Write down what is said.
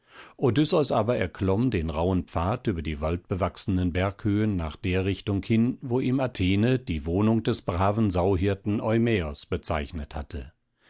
odysseus aber erklomm den rauhen pfad über die waldbewachsenen berghöhen nach der richtung hin wo ihm athene die wohnung des braven sauhirten gumäos bezeichnet hatte